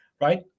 right